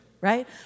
right